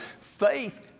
Faith